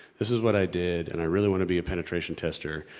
this is what i did and i really wanna be a penetration tester.